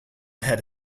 had